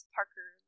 Parker